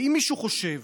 ואם מישהו חושב